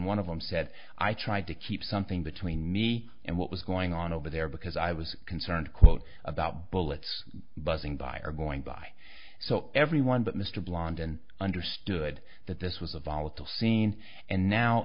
one of them said i tried to keep something between me and what was going on over there because i was concerned quote about bullets buzzing by or going by so everyone but mr blondin understood that this was a volatile scene and now